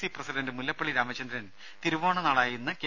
C president Mullappally Ramachandran തിരുവോണ നാളായ ഇന്ന് കെ